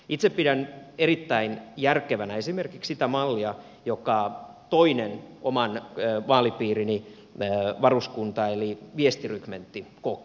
itse pidän erittäin järkevänä esimerkiksi sitä mallia jonka toinen oman vaalipiirini varuskunta eli viestirykmentti koki